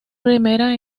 primera